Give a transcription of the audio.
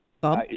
Bob